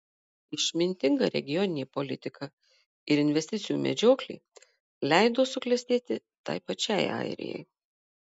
išmintinga regioninė politika ir investicijų medžioklė leido suklestėti tai pačiai airijai